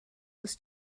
was